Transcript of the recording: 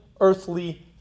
earthly